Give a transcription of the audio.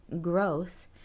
growth